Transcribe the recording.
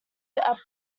are